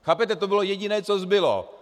Chápete, to bylo to jediné, co zbylo.